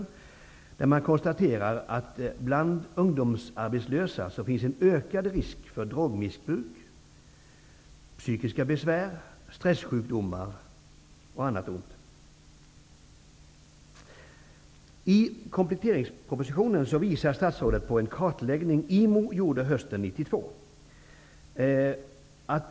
I den rapporten konstateras det att det bland ungdomsarbetslösa finns en ökad risk för drogmissbruk, psykiska besvär, stressjukdomar och annat ont. I kompletteringspropositionen visar statsrådet på en kartläggning som IMO gjorde hösten 1992.